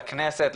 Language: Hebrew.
לכנסת,